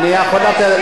אני יכול לתת,